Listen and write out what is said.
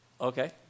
Okay